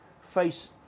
face